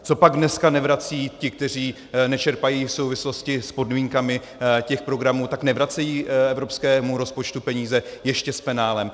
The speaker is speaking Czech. Copak dneska nevracejí ti, kteří nečerpají v souvislosti s podmínkami těch programů, nevracejí evropskému rozpočtu peníze ještě s penálem?